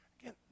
Again